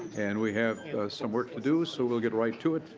and we have some work to do so will get right to it.